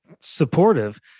supportive